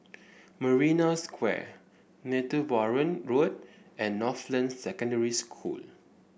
Marina Square Netheravon Road and Northland Secondary School